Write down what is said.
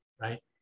right